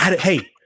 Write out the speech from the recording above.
Hey